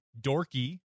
dorky